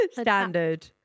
Standard